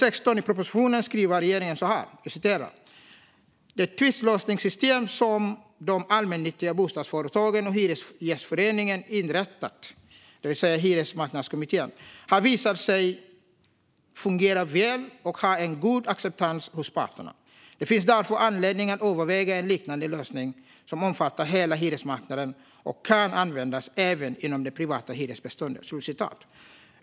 I propositionen skriver regeringen så här: "Det tvistlösningssystem som de allmännyttiga bostadsföretagen och Hyresgästföreningen inrättat" - det vill säga Hyresmarknadskommittén - "har visat sig fungera väl och har en god acceptans hos parterna. Det finns därför anledning att överväga en liknande lösning som omfattar hela hyresmarknaden och kan användas även inom det privata hyresbeståndet."